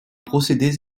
procédés